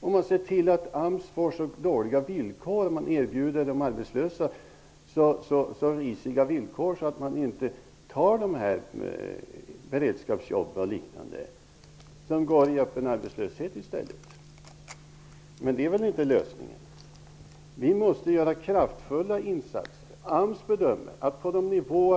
Om man ser till att AMS erbjuder de arbetslösa så dåliga villkor att de inte tar beredskapsjobb och liknande går de ju ut i öppen arbetslöshet i stället. Det är väl inte någon lösning. Vi måste göra kraftfulla insatser. AMS bedömer att de här medlen -- med nuvarande